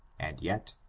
and yet,